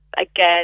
again